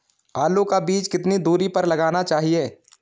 आलू का बीज कितनी दूरी पर लगाना चाहिए?